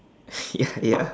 ya